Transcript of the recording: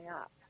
up